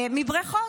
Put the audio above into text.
מבריכות,